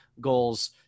goals